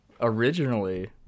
originally